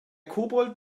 kobold